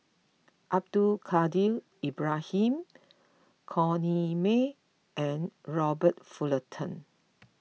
Abdul Kadir Ibrahim Corrinne May and Robert Fullerton